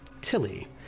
Tilly